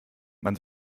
man